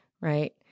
right